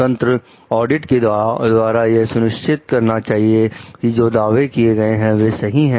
स्वतंत्र ऑडिट के द्वारा यह सुनिश्चित करना चाहिए कि जो दावे किए गए हैं वे सही हैं